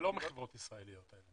זה לא מחברות ישראליות?